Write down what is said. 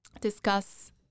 discuss